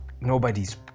nobody's